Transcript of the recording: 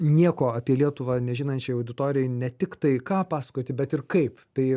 nieko apie lietuvą nežinančiai auditorijai ne tik tai ką pasakoti bet ir kaip tai